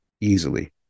easily